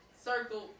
Circle